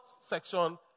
section